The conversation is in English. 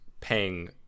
paying